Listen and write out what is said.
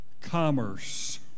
commerce